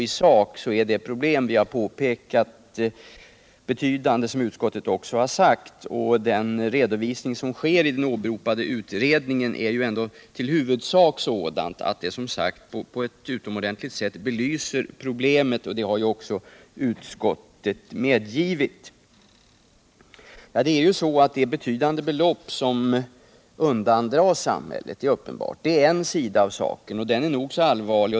I sak är det problem vi tagit upp betydande, vilket utskottet också sagt. Den redovisning som görs i den åberopade utredningen belyser ändå på ett väsentligt sätt problemet. Det har även utskottet medgivit. Det är uppenbart att betydande belopp undandras samhället. Detta är en sida av saken, och den är nog så allvarlig.